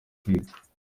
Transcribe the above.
kwiga